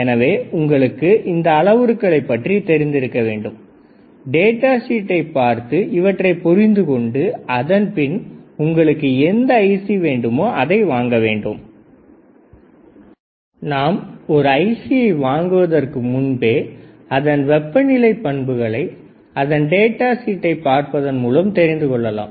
எனவே உங்களுக்கு இந்த அளவுருக்களை பற்றி தெரிந்திருக்க வேண்டும் டேட்டா ஷீட்டை பார்த்து இவற்றைப் புரிந்து கொண்டு அதன்பின் உங்களுக்கு எந்த ஐசி வேண்டுமோ அதை வாங்க வேண்டும் நாம் ஒரு ஐசியை வாங்குவதற்கு முன்பே அதன் வெப்பநிலை பண்புகளைப் அதன் டேட்டா ஷீட்டை பார்ப்பதன் மூலம் தெரிந்து கொள்ளலாம்